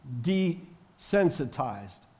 desensitized